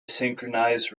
synchronized